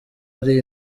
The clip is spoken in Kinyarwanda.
ari